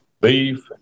beef